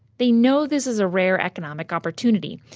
they know this is a rare economic opportunity.